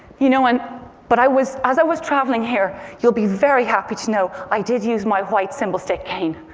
you know and but as i was as i was traveling here, you'll be very happy to know, i did use my white symbol stick cane,